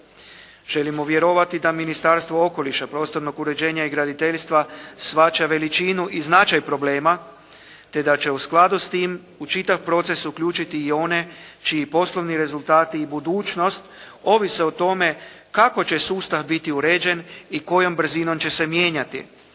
Želimo vjerovati da Ministarstvo okoliša, prostornog uređenja i graditeljstva shvaća veličinu i značaj problema, te da će u skladu s tim u čitav proces uključiti i one čiji poslovni rezultati i budućnost ovise o tome kako će sustav biti uređen i kojom brzinom će se mijenjati.